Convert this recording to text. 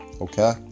okay